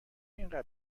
اینقدر